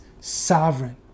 sovereign